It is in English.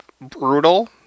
brutal